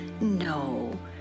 No